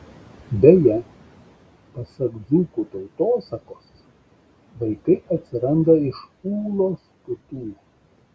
beje pasak dzūkų tautosakos vaikai atsiranda iš ūlos putų